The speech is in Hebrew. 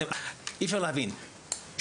אי אפשר להבין,